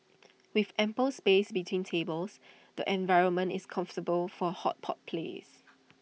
with ample space between tables the environment is comfortable for A hot pot place